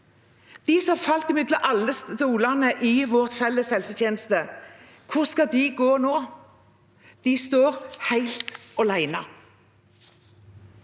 De som har falt mellom alle stolene i vår felles helsetjeneste, hvor skal de gå nå? De står helt alene.